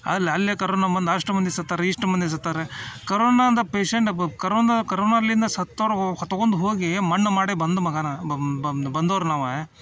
ಅಲ್ಲಿ ಅಲ್ಲೇ ಕರೊನ ಬಂದ ಅಷ್ಟು ಮಂದಿ ಸತ್ತಾರೆ ಇಷ್ಟು ಮಂದಿ ಸತ್ತಾರ ಕರೋನಾದ ಪೇಶಂಟ್ ಕರೋನ ಕರೋನಾಲ್ಲಿಂದ ಸತ್ತೋರು ಹೊತ್ಕೊಂಡು ಹೋಗಿ ಮಣ್ಣು ಮಾಡಿ ಬಂದು ಮಗನಾ ಬಂದೋರು ನಾವು